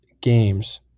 games